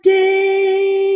day